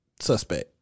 suspect